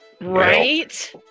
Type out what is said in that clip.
Right